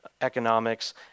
economics